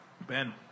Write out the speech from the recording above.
Ben